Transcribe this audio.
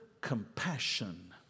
compassion